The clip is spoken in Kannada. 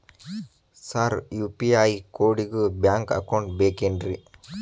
ಸರ್ ಯು.ಪಿ.ಐ ಕೋಡಿಗೂ ಬ್ಯಾಂಕ್ ಅಕೌಂಟ್ ಬೇಕೆನ್ರಿ?